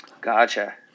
Gotcha